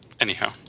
anyhow